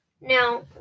now